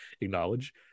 acknowledge